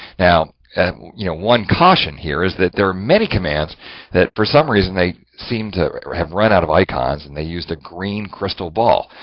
now, and you know one caution here is that there are many commands that for some reason they seem to have run out of icons and they use the green crystal ball.